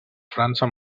frança